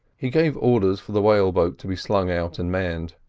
he gave orders for the whale-boat to be slung out and manned.